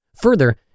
Further